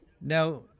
Now